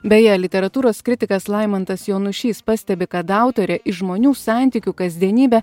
beje literatūros kritikas laimantas jonušys pastebi kad autorė į žmonių santykių kasdienybę